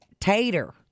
tater